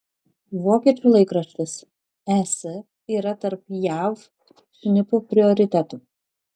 vokiečių laikraštis es yra tarp jav šnipų prioritetų